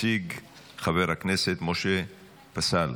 התשפ"ד 2024. מציג חבר הכנסת משה פסל.